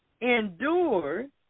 endured